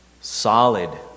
solid